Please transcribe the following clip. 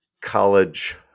college